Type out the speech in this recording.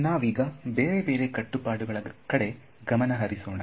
ನಾವೀಗ ಬೇರೆಬೇರೆ ಕಟ್ಟುಪಾಡುಗಳ ಕಡೆ ಗಮನ ಹರಿಸೋಣ